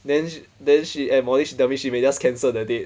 then then she at morning she tell me she may just cancel the date